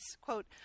Quote